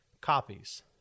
Copies